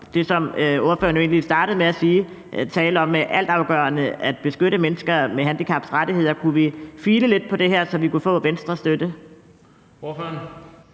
det, som ordføreren jo egentlig startede med at tale om er helt afgørende, nemlig at beskytte mennesker med handicaps rettigheder? Kunne vi file lidt på det her, så vi kunne få Venstres støtte?